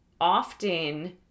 often